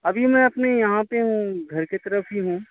ابھی میں اپنے یہاں پہ ہوں گھر کے طرف ہی ہوں